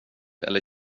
eller